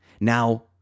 Now